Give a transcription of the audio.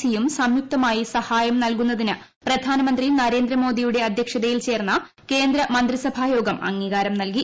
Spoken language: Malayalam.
സിയും സംയുക്തമായി സഹായം നൽകുന്നതിന് പ്രധാനമന്ത്രി നരേന്ദ്രമോദി യുടെ അദ്ധ്യക്ഷതയിൽ ചേർന്ന കേന്ദ്ര മന്ത്രിസഭായോഗം അംഗീകാരം നല്കി